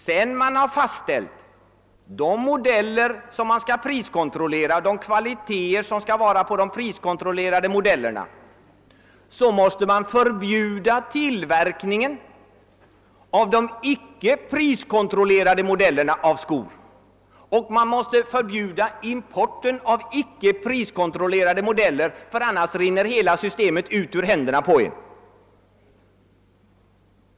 Sedan man har fastställt de modeller som man skall priskontrollera och de kvaliteter som det skall vara på de priskontrollerade modellerna, måste man förbjuda tillverkningen av de icke priskontrollerade modellerna av skor. Man måste också förbjuda import av icke priskontrollerade modeller, ty annars rinner hela systemet ur händerna på en.